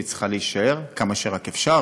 והיא צריכה להישאר כמה שרק אפשר.